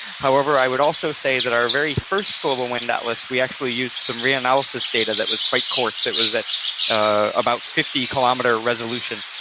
however, i would also say that our very first global wind atlas, we actually used some reanalysis data that was quite coarse it was at about fifty kilometer resolution,